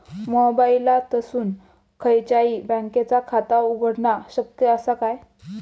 मोबाईलातसून खयच्याई बँकेचा खाता उघडणा शक्य असा काय?